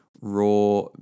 raw